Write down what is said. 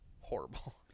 horrible